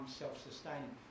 self-sustaining